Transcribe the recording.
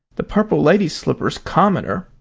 the purple lady's slipper's commoner.